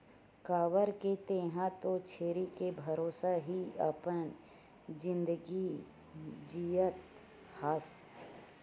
काबर के तेंहा तो छेरी के भरोसा ही अपन जिनगी जियत हस